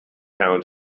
town